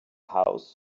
house